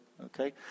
Okay